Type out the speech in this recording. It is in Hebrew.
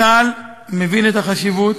צה"ל מבין את החשיבות,